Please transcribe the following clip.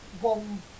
one